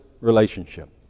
relationship